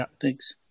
Thanks